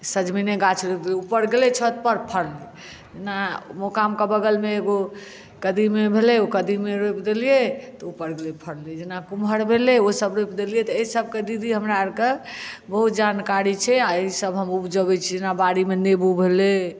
सजमनि गाछ रोपबै ऊपर गेलै छत पर फरलै जेना मकान के बगल मे एगो कदिमे भेलै ओ कदिमे रोपि देलियै तऽ ऊपर गेलै फरलै जेना कुमहर भेलै ओ सब रोपि देलियै तऽ ईसब के दीदी हमरा आरके बहुत जानकारी छै आ ईसब हम ऊपजबै छियै जेना बाड़ी मे नेबो भेलै